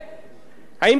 האם כבישים חסומים,